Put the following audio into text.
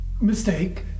Mistake